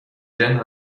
then